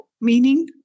meaning